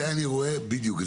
בדיוק,